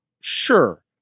sure